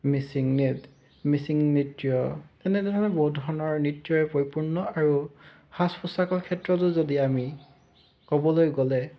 মিচিং নিত মিচিং নৃত্য তেনে ধৰণৰ বহুত ধৰণৰ নৃত্যৰে পৰিপূৰ্ণ আৰু সাজ পোচাকৰ ক্ষেত্ৰতো যদি আমি ক'বলৈ গ'লে